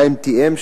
ה-IMTM,